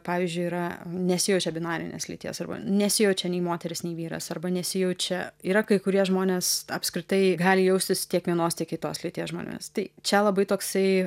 pavyzdžiui yra nesijaučia binarinės lyties arba nesijaučia nei moteris nei vyras arba nesijaučia yra kai kurie žmonės apskritai gali jaustis tiek vienos tiek kitos lyties žmonės tai čia labai toksai